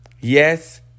Yes